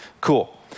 cool